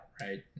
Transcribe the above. right